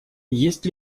есть